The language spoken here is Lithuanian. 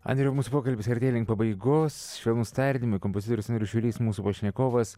andriau mūsų pokalbis artėja link pabaigos švelnūs tardymai kompozitorius andrius šiurys mūsų pašnekovas